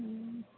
हुँ